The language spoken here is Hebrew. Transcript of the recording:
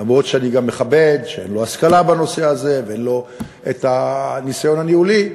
אף שאני גם מכבד את זה שאין לו השכלה בנושא הזה ואין לו ניסיון ניהולי,